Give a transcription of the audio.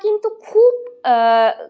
তা কিন্তু খুব